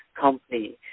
company